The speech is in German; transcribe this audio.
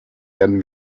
werden